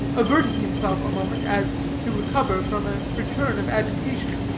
averting himself a moment, as to recover from a return of agitation,